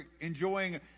enjoying